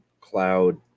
cloud